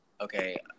Okay